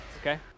Okay